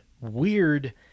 weird